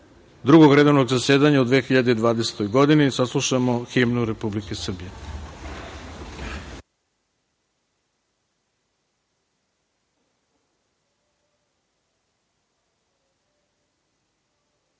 Drugog redovnog zasedanja u 2020. godini saslušamo himnu Republike